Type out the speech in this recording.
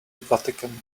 vatican